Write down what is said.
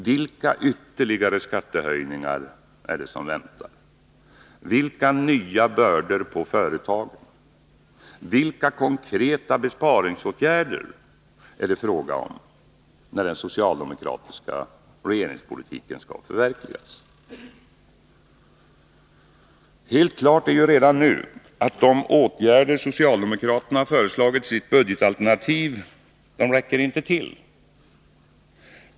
Vilka ytterligare skattehöjningar är det som väntar? Vilka nya bördor på företagen, vilka konkreta besparingsåtgärder är det fråga om när den socialdemokratiska regeringspolitiken skall förverkligas? Helt klart är ju redan nu att de åtgärder som socialdemokraterna föreslagit i sitt budgetalternativ inte räcker till.